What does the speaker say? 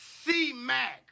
C-Mac